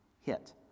hit